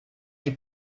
die